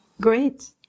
great